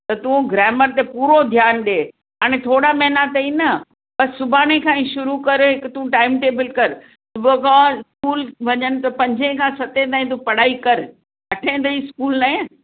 त तूं ग्रामर ते बि पूरो ध्यानु ॾे हाणे थोरा मना अथई न बसि सुभाणे खां ई शुरू करे हिकु तूं टाइम टेबल कर स्कूल वञण त पंजे खां सते ताईं पढ़ाई करि अठें तईं स्कूल न